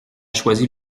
choisi